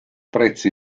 prezzi